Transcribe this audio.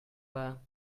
were